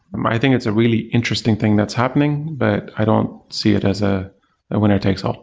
um i think it's a really interesting thing that's happening, but i don't see it as ah a winner-takes-all